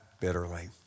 bitterly